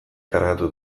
kargatu